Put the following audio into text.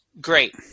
Great